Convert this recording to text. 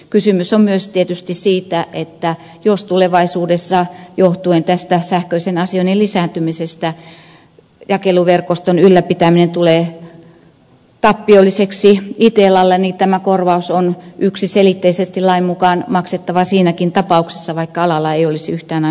kysymys on tietysti myös siitä että jos tulevaisuudessa johtuen tästä sähköisen asioinnin lisääntymisestä jakeluverkoston ylläpitäminen tulee tappiolliseksi itellalle niin tämä korvaus on yksiselitteisesti lain mukaan maksettava siinäkin tapauksessa vaikka alalla ei olisi yhtään ainutta toimijaa